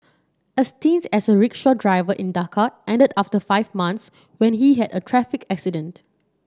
a stint as a rickshaw driver in Dhaka ended after five months when he had a traffic accident